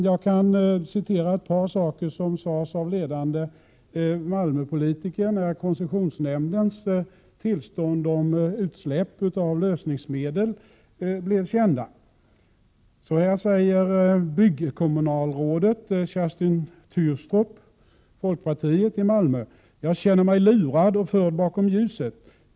Jag kan citera ett par saker som sades av ledande Malmöpolitiker när koncessionsnämndens tillstånd för utsläpp av lösningsmedel blev kända. Så här säger byggkommunalrådet Kerstin Tyrstrup, folkpartiet: ”Jag känner mig lurad och förd bakom ljuset.